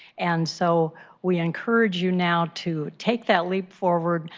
and so we encourage you now to take that leap forward,